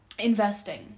investing